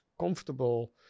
comfortable